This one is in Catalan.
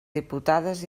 diputades